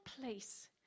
place